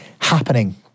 happening